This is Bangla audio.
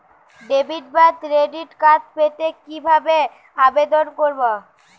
ডেবিট বা ক্রেডিট কার্ড পেতে কি ভাবে আবেদন করব?